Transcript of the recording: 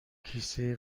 کیسه